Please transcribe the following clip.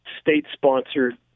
state-sponsored